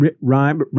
rhyme